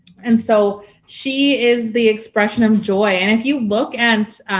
and so she is the expression of joy. and if you look at